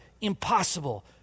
impossible